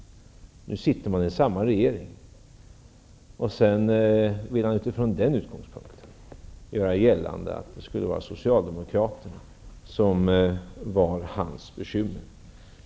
Utifrån den utgångspunkten vill Lennart Daléus göra gällande att det är socialdemokraterna som är hans bekymmer.